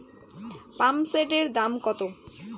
পাম্পসেটের দাম কত?